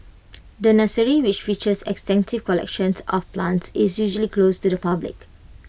the nursery which features extensive collections of plants is usually closed to the public